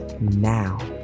now